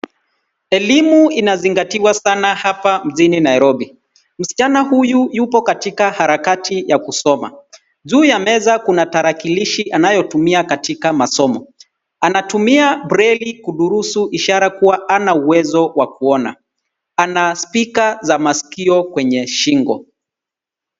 Elimu inazingatiwa sana hapa mjini Nairobi. Msichana huyu yupo katika harakati ya kusoma. Juu ya meza kuna tarakilishi anayotumia katika masomo. Anatumia braille kudurusu ishara kuwa hana uwezo wa kuona. Ana spika za masikio kwenye shingo.